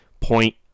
point